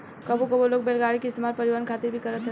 कबो कबो लोग बैलगाड़ी के इस्तेमाल परिवहन खातिर भी करत रहेले